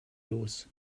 los